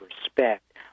respect